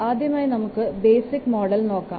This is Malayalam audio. ആദ്യമായി നമുക്ക് ബേസിക് മോഡൽ നോക്കാം